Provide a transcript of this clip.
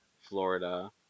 Florida